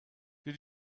did